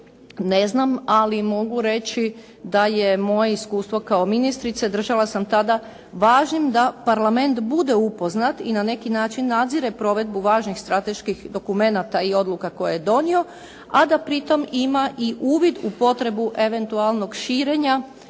Ne znam, ali mogu reći da je moje iskustvo kao ministrice, držala sam tada važnim da Parlament bude upoznat i na neki način nadzire provedbu važnih strateških dokumenata i odluka koje je donio, a da pri tome ima i uvid u potrebu eventualnog širenja